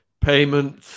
payment